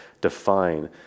define